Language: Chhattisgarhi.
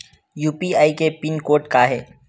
यू.पी.आई के पिन कोड का हे?